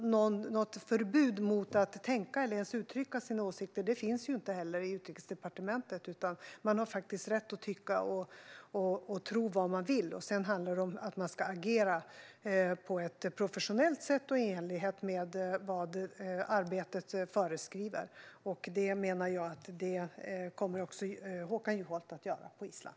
Något förbud mot att tänka eller uttrycka sina åsikter finns inte i Utrikesdepartementet, utan man har faktiskt rätt att tycka och tro vad man vill. Sedan handlar det om att man ska agera på ett professionellt sätt och i enlighet med vad arbetet föreskriver, och det menar jag att Håkan Juholt kommer att göra på Island.